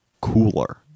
cooler